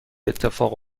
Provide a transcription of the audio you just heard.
اتفاق